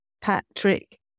Patrick